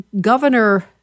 Governor